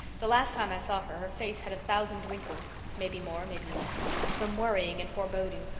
the last time i saw her, her face had a thousand wrinkles maybe more, maybe less from worrying and foreboding.